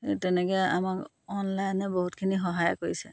এই তেনেকৈ আমাক অনলাইনে বহুতখিনি সহায় কৰিছে